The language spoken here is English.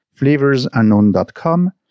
flavorsunknown.com